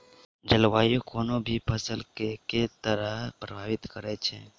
जलवायु कोनो भी फसल केँ के तरहे प्रभावित करै छै?